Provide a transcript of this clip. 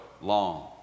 long